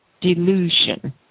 delusion